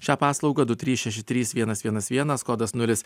šią paslaugą du trys šeši trys vienas vienas vienas kodas nulis